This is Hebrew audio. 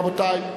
רבותי.